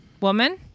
woman